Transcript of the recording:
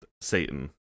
Satan